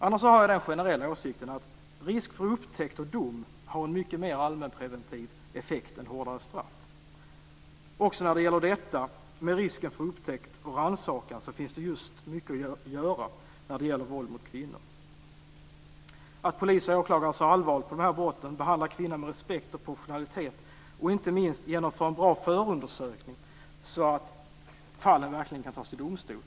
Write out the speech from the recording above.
Annars har jag den generella åsikten att risk för upptäckt och dom har en mycket mer allmänpreventiv effekt än hårdare straff. Också när det gäller detta med risken för upptäckt och rannsakan så finns det mycket att göra när det gäller våld mot kvinnor - att polis och åklagare ser allvarligt på dessa brott, behandlar kvinnan med respekt och professionalitet och, inte minst, genomför en bra förundersökning så att fallen verkligen kan tas till domstol.